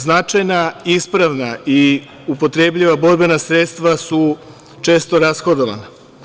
Značajna ispravna i upotrebljiva borbena sredstva su često rashodovana.